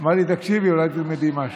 מאי, תקשיבי, אולי תלמדי משהו.